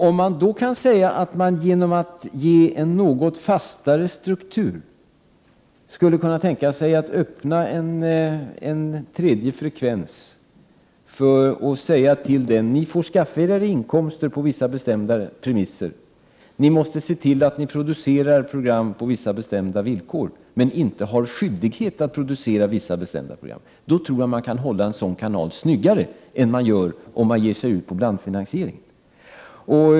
Om man då genom en något fastare struktur skulle kunna tänka sig att öppna en tredje frekvens och säga: Ni får skaffa er inkomster på vissa bestämda premisser, ni måste se till att ni producerar program på vissa bestämda villkor men ni har inte skyldighet att producera vissa bestämda program — då tror jag att man kan hålla en sådan kanal snyggare än om man ger sig in på blandfinansiering.